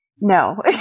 No